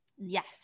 yes